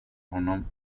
honom